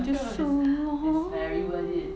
就是 lor